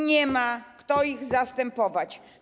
Nie ma kto ich zastępować.